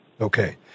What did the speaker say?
okay